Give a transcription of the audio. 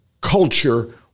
culture